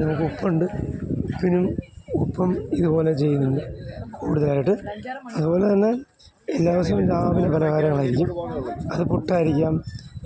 നമുക്ക് ഉപ്പുണ്ട് ഉപ്പിനും ഉപ്പും ഇതുപോലെ ചെയ്യുന്നുണ്ട് കൂടുതലായിട്ട് അതുപോലെത്തന്നെ എല്ലാ ദിവസവും രാവിലെ പലഹാരമായിരിക്കും അത് പുട്ടായിരിക്കാം